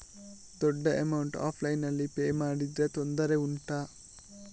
ದೊಡ್ಡ ಅಮೌಂಟ್ ಆನ್ಲೈನ್ನಲ್ಲಿ ಪೇ ಮಾಡಿದ್ರೆ ತೊಂದರೆ ಉಂಟಾ?